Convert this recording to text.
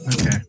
okay